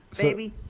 baby